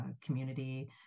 community